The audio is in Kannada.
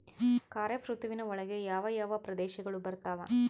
ಖಾರೇಫ್ ಋತುವಿನ ಒಳಗೆ ಯಾವ ಯಾವ ಪ್ರದೇಶಗಳು ಬರ್ತಾವ?